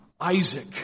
Isaac